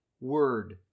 word